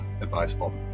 advisable